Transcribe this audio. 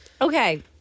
Okay